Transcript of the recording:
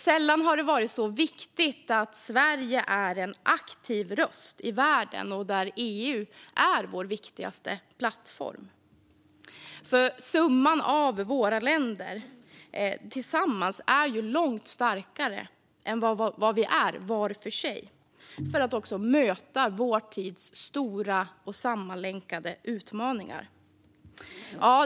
Sällan har det varit så viktigt att Sverige är en aktiv röst i världen, och där är EU vår viktigaste plattform. Summan av våra länder tillsammans är nämligen långt starkare än vad vi är var för sig när det handlar om att möta vår tids stora och sammanlänkade utmaningar.